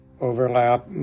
overlap